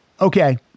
Okay